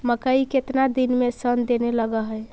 मकइ केतना दिन में शन देने लग है?